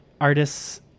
artists